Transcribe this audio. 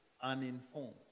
uninformed